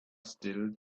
still